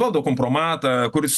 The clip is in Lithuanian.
valdo kompromatą kuris